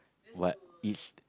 what is